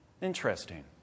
Interesting